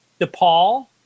DePaul